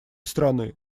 стороны